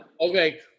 Okay